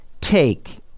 Take